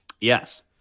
yes